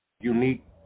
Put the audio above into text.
unique